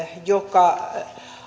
joka